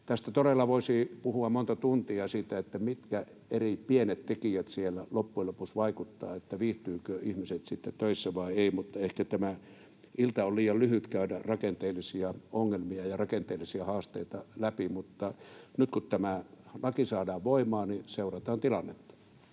Todella voisi puhua monta tuntia siitä, mitkä eri pienet tekijät siellä loppujen lopuksi vaikuttavat siihen, viihtyvätkö ihmiset sitten töissä vai eivätkö, mutta ehkä tämä ilta on liian lyhyt käydä rakenteellisia ongelmia ja rakenteellisia haasteita läpi. Mutta nyt, kun tämä laki saadaan voimaan, seurataan tilannetta.